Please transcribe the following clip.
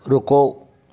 रुको